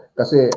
kasi